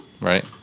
Right